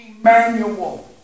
Emmanuel